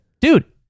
Dude